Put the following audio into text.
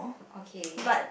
okay